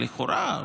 לכאורה,